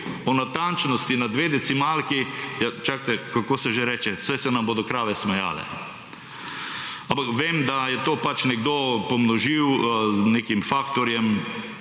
o natančnosti na dve decimalki, ja, čakajte, kako se že reče, saj se nam bodo krave smejale. Ampak vem, da je to pač nekdo pomnožil z nekim faktorjem